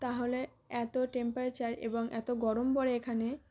তাহলে এত টেম্পারেচার এবং এত গরম পড়ে এখানে